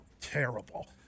terrible